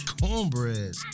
cornbread